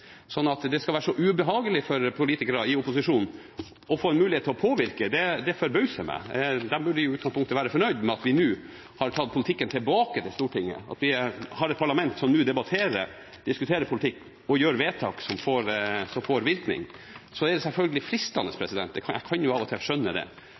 at det skal være så ubehagelig for politikere i opposisjon å få en mulighet til å påvirke, forbauser meg. De burde i utgangspunktet være fornøyd med at vi nå har tatt politikken tilbake til Stortinget, at vi har et parlament som nå debatterer, diskuterer politikk og gjør vedtak som får virkning. Så er det selvfølgelig fristende – jeg kan av og til skjønne det